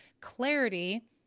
clarity